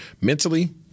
mentally